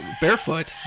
barefoot